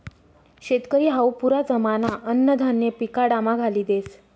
शेतकरी हावू पुरा जमाना अन्नधान्य पिकाडामा घाली देस